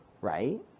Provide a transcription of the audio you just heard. right